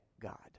God